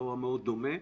זה אירוע מאוד דומה.